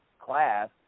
class